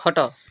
ଖଟ